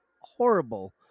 horrible